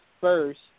first